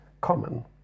common